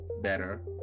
better